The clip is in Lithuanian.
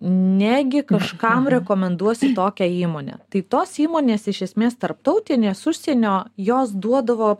negi kažkam rekomenduosi tokią įmonę tai tos įmonės iš esmės tarptautinės užsienio jos duodavo